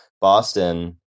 Boston